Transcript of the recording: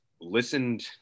listened